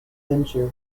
venture